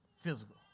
physical